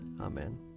Amen